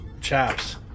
Chaps